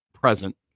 present